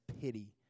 pity